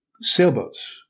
sailboats